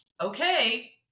okay